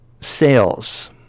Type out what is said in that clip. sales